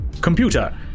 computer